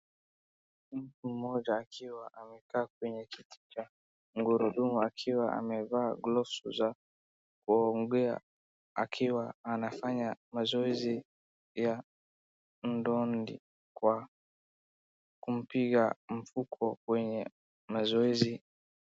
Mtu mmoja akiwa amekaa kwenye kiti chenye gurudumu, akiwa amevaa glovsi za kuomgea akiwa anafanya mazoezi ya mndondi kwa kumpiga mfuko wenye mazoezi.